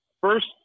first